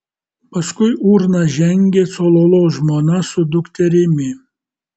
paskui urną žengė cololo žmona su dukterimi